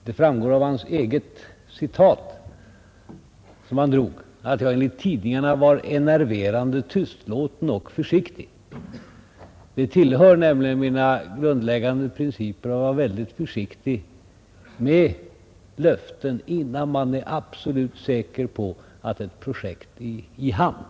Det framgick av det citat som herr Dahlén anförde, att jag enligt tidningarna var ”enerverande tystlåten och försiktig”. Ja, det tillhör mina grundläggande principer att vara mycket försiktig med löften, innan jag är helt säker på att ett projekt är i hamn.